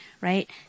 right